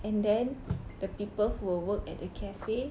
and then the people who will work at a cafe